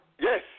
Yes